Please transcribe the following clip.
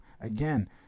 Again